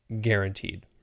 guaranteed